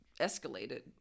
escalated